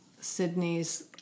Sydney's